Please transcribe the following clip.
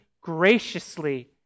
graciously